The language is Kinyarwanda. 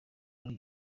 muri